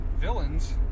villains